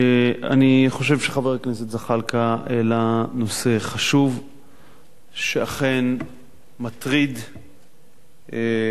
אני חושב שחבר הכנסת זחאלקה העלה נושא חשוב שאכן מטריד ומעסיק,